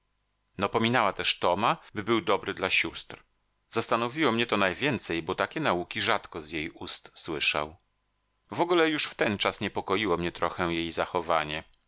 napominała też toma by był dobry dla sióstr zastanowiło mnie to najwięcej bo takie nauki rzadko z jej ust słyszał wogóle już wtenczas niepokoiło mnie trochę jej zachowanie